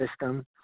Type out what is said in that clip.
system